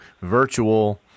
virtual